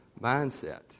mindset